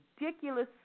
ridiculous